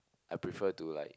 I prefer to like